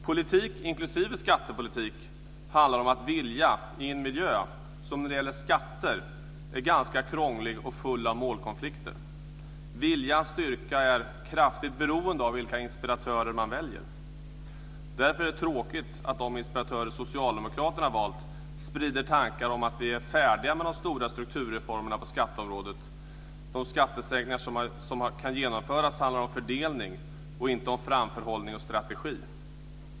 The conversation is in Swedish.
Politik, inklusive skattepolitik, handlar om att vilja i en miljö som i fråga om skatter är ganska krånglig och fylld av målkonflikter. Viljans styrka är kraftigt beroende av vilka inspiratörer som man väljer. Därför är det tråkigt att de inspiratörer som Socialdemokraterna har valt sprider tankar om att vi är färdiga med de stora strukturreformerna på skatteområdet. De skattesänkningar som kan genomföras handlar om fördelning och inte om framförhållning eller strategi.